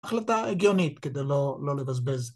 שמע דורון אתה אלוף